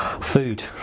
Food